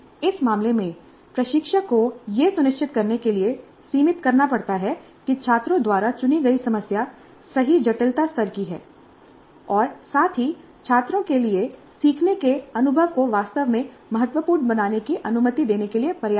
इस मामले में प्रशिक्षक को यह सुनिश्चित करने के लिए सीमित करना पड़ता है कि छात्रों द्वारा चुनी गई समस्या सही जटिलता स्तर की है और साथ ही छात्रों के लिए सीखने के अनुभव को वास्तव में महत्वपूर्ण बनाने की अनुमति देने के लिए पर्याप्त है